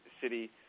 City